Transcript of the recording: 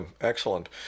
excellent